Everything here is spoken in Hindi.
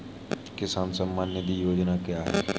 किसान सम्मान निधि योजना क्या है?